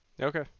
Okay